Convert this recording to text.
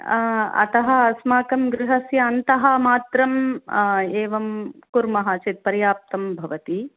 अतः अस्माकं गृहस्य अन्तः मात्रं एवं कुर्मः चेत् पर्याप्तं भवति